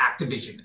Activision